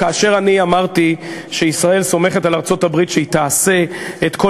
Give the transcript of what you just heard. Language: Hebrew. כאשר אני אמרתי שישראל סומכת על ארצות-הברית שתעשה את כל